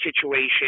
situation